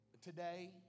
today